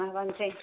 माबानोसै